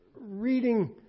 reading